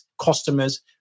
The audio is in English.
customers